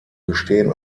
bestehen